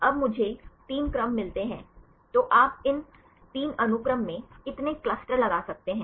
अब मुझे 3 क्रम मिलते हैं तो आप इन तीन अनुक्रम में कितने क्लस्टर लगा सकते हैं